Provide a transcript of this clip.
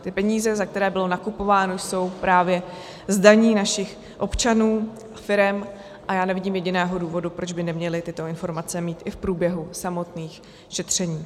Ty peníze, za které bylo nakupováno, jsou právě z daní našich občanů, firem a já nevidím jediného důvodu, proč by neměli tyto informace mít i v průběhu samotných šetření.